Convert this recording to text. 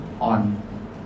on